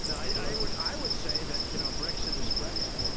no, i would i would say that, you know, brexit is brexit.